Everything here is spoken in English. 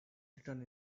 written